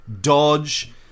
Dodge